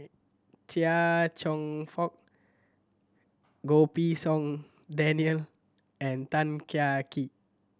Chia Cheong Fook Goh Pei Siong Daniel and Tan Kah Kee